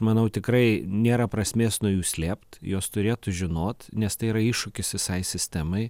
manau tikrai nėra prasmės nuo jų slėpt jos turėtų žinot nes tai yra iššūkis visai sistemai